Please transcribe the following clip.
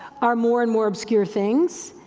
are more and more obscure things.